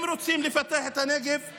אם רוצים לפתח את הנגב,